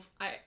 I-